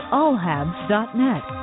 AllHabs.net